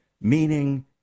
meaning